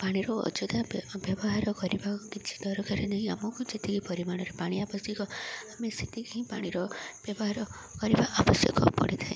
ପାଣିର ଅଯଥା ବ୍ୟବହାର କରିବା କିଛି ଦରକାର ନାହିଁ ଆମକୁ ଯେତିକି ପରିମାଣରେ ପାଣି ଆବଶ୍ୟକ ଆମେ ସେତିକି ହିଁ ପାଣିର ବ୍ୟବହାର କରିବା ଆବଶ୍ୟକ ପଡ଼ିଥାଏ